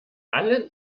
allen